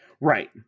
Right